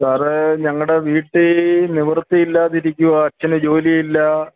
സാറെ ഞങ്ങളുടെ വീട്ടിൽ നിവർത്തി ഇല്ലാതെ ഇരിക്കുവാണ് അച്ഛന് ജോലിയില്ല